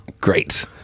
Great